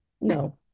no